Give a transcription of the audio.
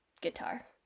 guitar